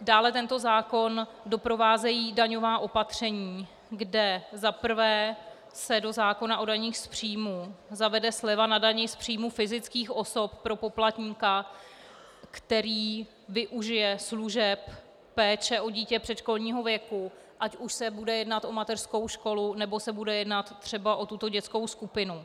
Dále tento zákon doprovázejí daňová opatření, kde za prvé se do zákona o daních z příjmů zavede sleva na dani z příjmů fyzických osob pro poplatníka, který využije služeb péče o dítě předškolního věku, ať už se bude jednat o mateřskou školu, nebo se bude jednat třeba o tuto dětskou skupinu.